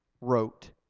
wrote